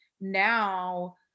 now